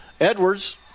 Edwards